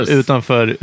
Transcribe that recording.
utanför